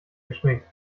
geschminkt